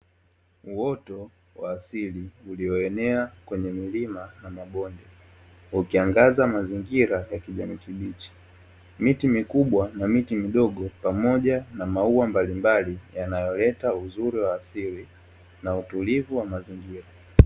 Uoto wa asili ulioenea kwenye milima na mabonde ukiangaza mazingira ya kijani kibichi, miti mikubwa na miti midogo pamoja na maua mbalimbali yanayoleta uzuri wa asili na utulivu wa mazingira.